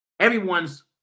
Everyone's